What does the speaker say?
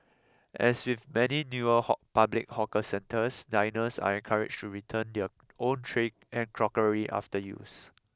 as with many newer public hawker centres diners are encouraged to return their own tray and crockery after use